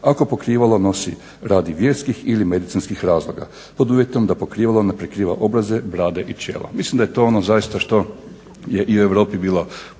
ako pokrivalo nosi radi vjerskih ili medicinskih razloga pod uvjetom da pokrivalo ne prikriva obraze, bradu i čelo. Mislim da je to ono zaista što je i u Europi bilo